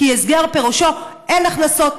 כי הסגר פירושו: אין הכנסות,